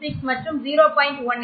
26 மற்றும் 0